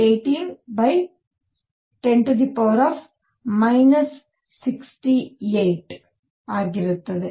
610 76 81101810 68 ಆಗಿರುತ್ತದೆ